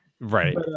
Right